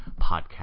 Podcast